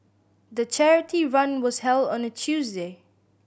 the charity run was held on a Tuesday